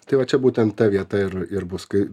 tai va čia būtent ta vieta ir ir bus kai